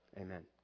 Amen